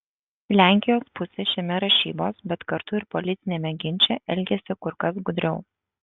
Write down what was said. lenkijos pusė šiame rašybos bet kartu ir politiniame ginče elgiasi kur kas gudriau